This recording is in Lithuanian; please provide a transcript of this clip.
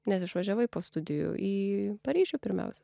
nes išvažiavai po studijų į paryžių pirmiausia